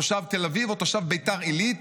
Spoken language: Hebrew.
תושב תל אביב או תושב בית"ר עילית,